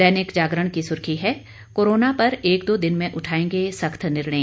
दैनिक जागरण की सुर्खी है कोरोना पर एक दो दिन में उठाएंगे सख्त निर्णय